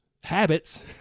habits